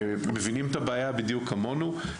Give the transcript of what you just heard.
הם מבינים את הבעיה בדיוק כמונו,